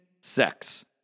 sex